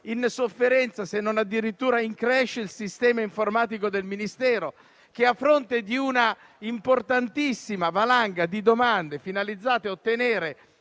in sofferenza, se non addirittura in *crash*, il sistema informatico del Ministero, a fronte di un'importantissima valanga di domande finalizzate a ottenere